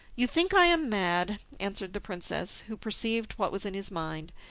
you think i am mad, answered the princess, who perceived what was in his mind.